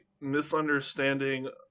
misunderstanding